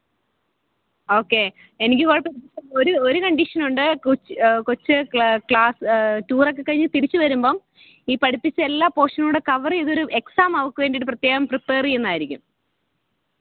okay എനിക്ക് കുഴപ്പമില്ല പക്ഷേ ഒരു ഒരു കണ്ടീഷനൊണ്ട് കൊച്ച് കൊച്ച് ക്ലാസ് ടൂറക്കെക്കഴിഞ്ഞ് തിരിച്ച് വരുമ്പം ഈ പഠിപ്പിച്ച എല്ലാ പോഷനൂടെ കവർ ചെയ്തൊരു എക്സാം അവൾക്ക് വേണ്ടിട്ട് പ്രത്യേകം പ്രിപ്പയർ ചെയ്യുന്നതായിരിക്കും